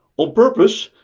on purpose,